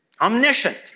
omniscient